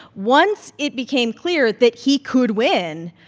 once it became clear that he could win,